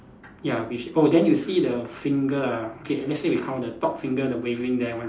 ya V shape oh then you see the finger ah okay let's say we count the top finger the waving there one right